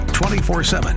24-7